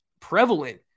prevalent